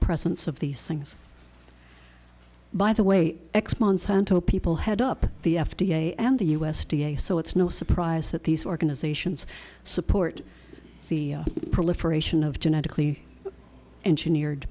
presence of these things by the way x monsanto people head up the f d a and the u s d a so it's no surprise that these organizations support the proliferation of genetically engineered